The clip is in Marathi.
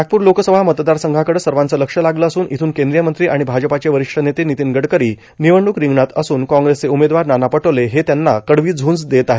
नागपूर लोकसभा मतदारसंघाकडं सर्वाचं लक्ष लागलं असून इथून केंद्रीय मंत्री आणि भाजपाचे वरिष्ठ नेते नितीन गडकरी निवडणूक रिंगणात असून काँग्रेसचे उमेदवार नाना पटोले हे त्यांना कडवी झूंज देत आहेत